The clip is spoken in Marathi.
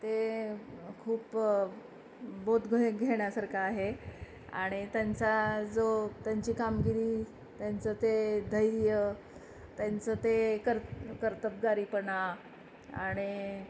ते खूप बोध घ घेण्यासारखं आहे आणि त्यांचा जो त्यांची कामगिरी त्यांचं ते धैर्य त्यांचं ते कर्त कर्तबगारीपणा आणि